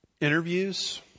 interviews